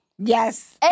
Yes